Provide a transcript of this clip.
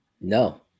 No